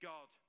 God